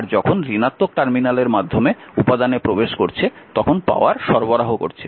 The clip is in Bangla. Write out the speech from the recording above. আর যখন ঋণাত্মক টার্মিনালের মাধ্যমে উপাদানে প্রবেশ করছে তখন পাওয়ার সরবরাহ করছে